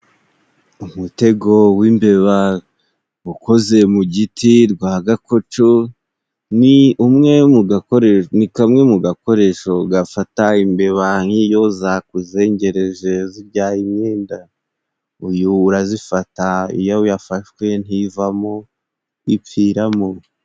Umutego w'imbeba ukoze mu giti rwa gakoco, ni umwe ni kamwe mu gakoresho gafata imbeba niyo zakuzengereje zirya imyenda, uyu urazifata iyo yafashwe ntivamo ipfiramo.